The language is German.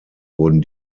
wurden